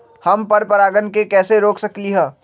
हम पर परागण के कैसे रोक सकली ह?